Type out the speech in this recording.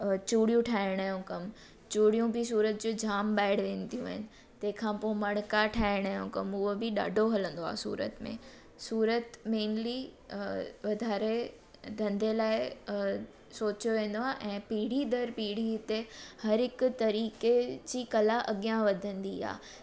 चूड़ियूं ठाहिण जो कमु चूड़ियूं बि सूरत जूं जाम ॿाहिरि वेंदियूं आहिनि तंहिंखां पोइ मड़का ठाहिण जो कमु उहो बि ॾाढो हलंदो आहे सूरत में सूरत मेनली वाधारे धंधे लाइ सोचियो वेंदो आहे ऐं पीढ़ी दर पीढ़ी हिते हरहिक तरीक़े जी कला अॻियां वधंदी आहे